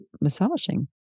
massaging